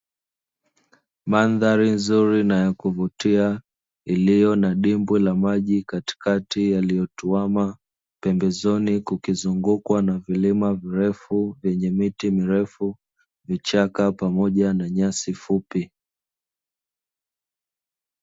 Mandhari nzuri na ya kuvutia, iliyo na dimbwi la maji katikati yaliyotuama, pembezoni kukizungukwa na mlima mrefu wenye miti mirefu, vichaka, pamoja na nyasi fupi.